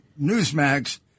Newsmax